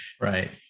right